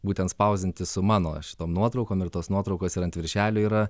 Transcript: būtent spausdinti su mano šitom nuotraukom ir tos nuotraukos ir ant viršelio yra